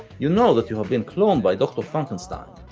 you know that you have been cloned by dr. funkenstein,